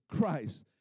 Christ